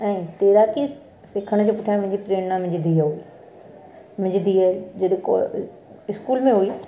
ऐं तैराकी सि सिखण जे पुठियां मुंहिंजी प्रेरणा मुंहिंजी धीउ हुई मुंहिंजी धीउ जॾहिं कॉ इस्कूल में हुई